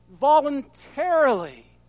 voluntarily